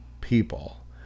people